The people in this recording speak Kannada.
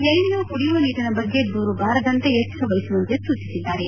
ಎಲ್ಲಿಯೂ ಕುಡಿಯುವ ನೀರಿನ ಬಗ್ಗೆ ದೂರು ಬಾರದಂತೆ ಎಚ್ಚರ ವಹಿಸುವಂತೆ ಸೂಚಿಸಿದ್ದಾರೆ